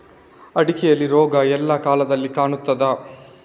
ಅಡಿಕೆಯಲ್ಲಿ ರೋಗ ಎಲ್ಲಾ ಕಾಲದಲ್ಲಿ ಕಾಣ್ತದ?